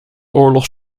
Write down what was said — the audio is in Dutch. oorlog